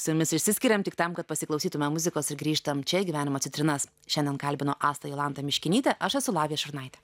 su jumis išsiskiriam tik tam kad pasiklausytume muzikos ir grįžtam čia į gyvenimo citrinas šiandien kalbinu astą jolantą miškinytę aš esu lavija šurnaitė